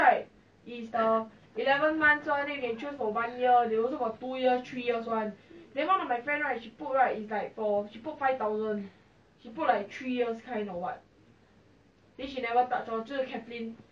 mmhmm really meh